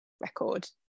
record